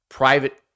private